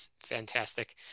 Fantastic